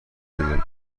بگیرم